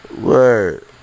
Word